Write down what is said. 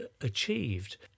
achieved